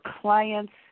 clients